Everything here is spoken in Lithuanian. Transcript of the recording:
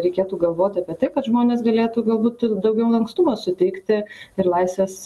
reikėtų galvot apie tai kad žmonės galėtų galbūt ir daugiau lankstumo suteikti ir laisvės